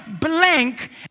blank